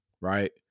Right